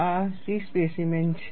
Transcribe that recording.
આ C specimen છે